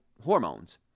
hormones